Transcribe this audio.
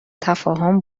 تفاهم